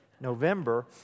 November